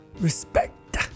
Respect